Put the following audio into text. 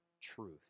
truth